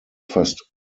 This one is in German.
fast